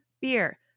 beer